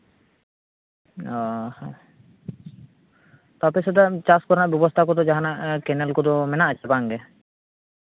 ᱚ ᱦᱚᱸ ᱟᱯᱮ ᱥᱮᱱ ᱫᱚ ᱪᱟᱥ ᱠᱚᱨᱮᱱᱟᱜ ᱵᱮᱵᱚᱥᱛᱷᱟ ᱠᱚᱫᱚ ᱡᱟᱦᱟᱱᱟᱜ ᱠᱮᱱᱮᱞ ᱠᱚᱫᱚ ᱢᱮᱱᱟᱜ ᱟᱥᱮ ᱵᱟᱝ ᱜᱮ